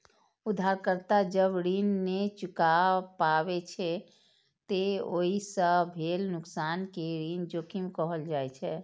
उधारकर्ता जब ऋण नै चुका पाबै छै, ते ओइ सं भेल नुकसान कें ऋण जोखिम कहल जाइ छै